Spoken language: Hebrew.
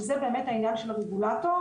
שזה באמת העניין של הרגולטור,